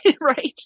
Right